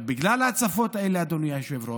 על ההצפות האלה, אדוני היושב-ראש,